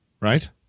Right